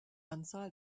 anzahl